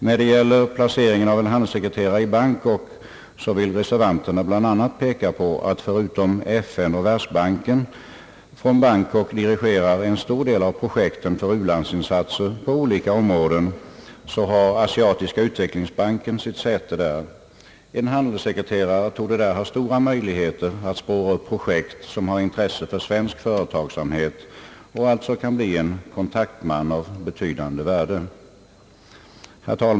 När det gäller placeringen av en handelssekreterare i Bangkok vill reservanterna bl.a. peka på att förutom att FN och Världsbanken från Bangkok dirigerar en stor del av projekten för u-lands insatser på olika områden så har Asiatiska utvecklingsbanken sitt säte där. En handelssekreterare torde där ha stora möjligheter att spåra upp projekt som har intresse för svensk företagsamhet och kan därför bli en kontaktman av betydande värde.